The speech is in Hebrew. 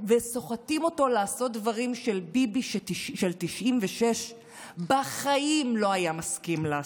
וסוחטים אותו לעשות דברים שביבי של 1996 בחיים לא היה מסכים לעשות.